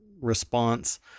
response